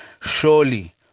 surely